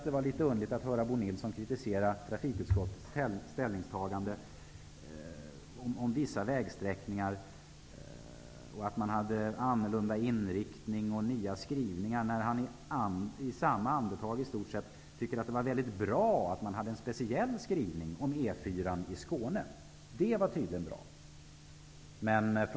Det var litet underligt att höra Bo Nilsson kritisera trafikutskottets ställningstagande om vissa vägsträckor och påstå att utskottsmajoriteten har en annorlunda inriktning och nya skrivningar, när han i samma andetag säger att han tycker att det är väldigt bra att utskottet har en speciell skrivning om E 4 i Skåne. Det var tydligen bra.